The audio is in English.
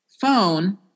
phone